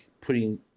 putting